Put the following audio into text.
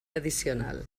addicional